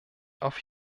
auf